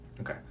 Okay